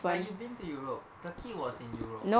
but you've been to europe turkey was in europe